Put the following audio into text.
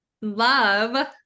Love